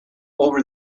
over